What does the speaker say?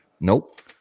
Nope